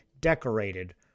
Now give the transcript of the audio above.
decorated